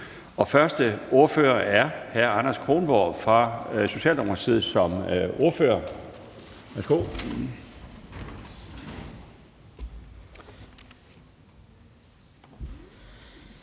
Først er det hr. Anders Kronborg fra Socialdemokratiet som ordfører.